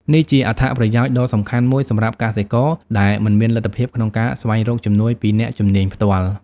នេះជាអត្ថប្រយោជន៍ដ៏សំខាន់មួយសម្រាប់កសិករដែលមិនមានលទ្ធភាពក្នុងការស្វែងរកជំនួយពីអ្នកជំនាញផ្ទាល់។